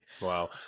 Wow